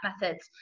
methods